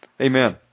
Amen